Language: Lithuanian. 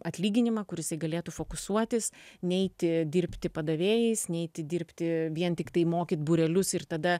atlyginimą kur jisai galėtų fokusuotis neiti dirbti padavėjais neiti dirbti vien tiktai mokyt būrelius ir tada